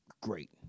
great